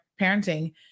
parenting